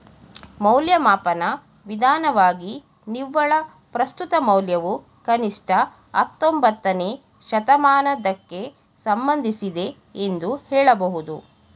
ಮೌಲ್ಯಮಾಪನ ವಿಧಾನವಾಗಿ ನಿವ್ವಳ ಪ್ರಸ್ತುತ ಮೌಲ್ಯವು ಕನಿಷ್ಠ ಹತ್ತೊಂಬತ್ತನೇ ಶತಮಾನದಕ್ಕೆ ಸಂಬಂಧಿಸಿದೆ ಎಂದು ಹೇಳಬಹುದು